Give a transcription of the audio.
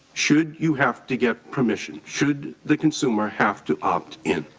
should you have to get permission. should the consumer have to opt in?